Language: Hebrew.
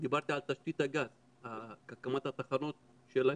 דיברתי על תשתית הגז, על הקמת התחנות של הגז.